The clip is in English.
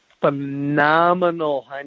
phenomenal